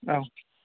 औ